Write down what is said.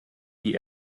die